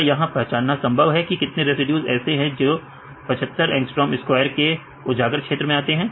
क्या यहां पहचानना संभव है की कितने रेसिड्यूज ऐसे हैं जोकि 75 A स्क्वायर के उजागर क्षेत्र में आते हैं